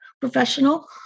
professional